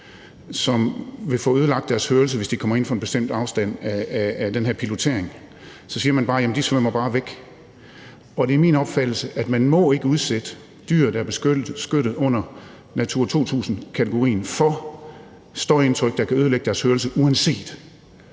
de vil få ødelagt deres hørelse, hvis de kommer inden for en bestemt afstand af den her pilotering. Så siger man bare: Jamen de svømmer bare væk. Det er min opfattelse, at man ikke må udsætte dyr, der er beskyttet under Natura 2000-kategorien, for støjindtryk, der kan ødelægge deres hørelse, uanset